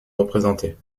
représentés